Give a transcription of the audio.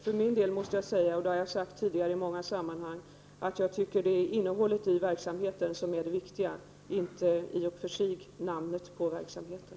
För min del måste jag säga, och det har jag sagt tidigare i många sammanhang, att jag tycker att det är innehållet i verksamheten som är det viktiga, inte i och för sig namnet på verksamheten.